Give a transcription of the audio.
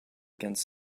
against